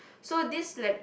so this like